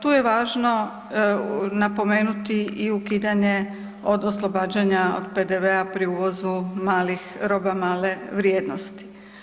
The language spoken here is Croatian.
Tu je važno napomenuti i ukidanje od oslobađanja od PDV-a pri uvozu roba male vrijednosti.